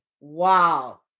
wow